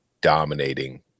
dominating